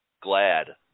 Glad